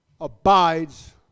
Abides